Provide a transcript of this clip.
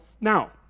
now